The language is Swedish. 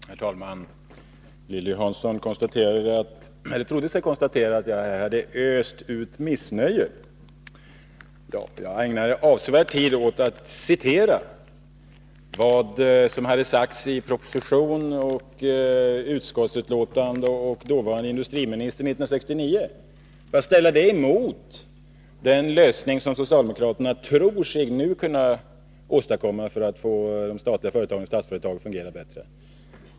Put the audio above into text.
Herr talman! Lilly Hansson trodde sig kunna konstatera att jag här hade Öst ut missnöje. Jag ägnade avsevärd tid åt att citera vad som hade sagts i proposition och utskottsbetänkande och av dåvarande industriministern 1969 för att ställa det emot den lösning som socialdemokraterna nu tror sig kunna åstadkomma för att få Statsföretag att fungera bättre.